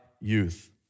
youth